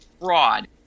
fraud